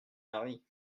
mari